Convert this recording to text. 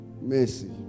mercy